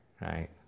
right